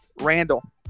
Randall